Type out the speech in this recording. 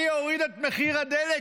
אני אוריד את מחיר הדלק,